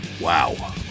Wow